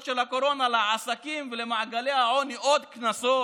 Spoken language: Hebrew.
של הקורונה לעסקים ולמעגלי העוני עוד קנסות?